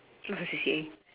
what's your C_C_A